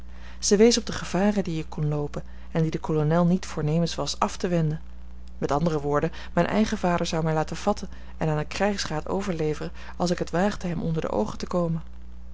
zij wees op de gevaren die ik kon loopen en die de kolonel niet voornemens was af te wenden met andere woorden mijn eigen vader zou mij laten vatten en aan een krijgsraad overleveren als ik het waagde hem onder de oogen te komen